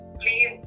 Please